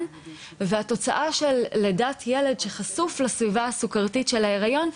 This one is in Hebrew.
והתוצאה של ילד שחשוף לסביבה הסוכרתית של ההיריון,